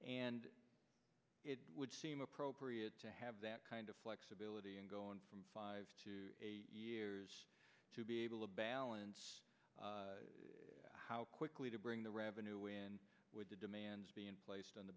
and it would seem appropriate to have that kind of flexibility and go on from five to eight years to be able to balance how quickly to bring the revenue in with the demands being placed on the